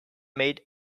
made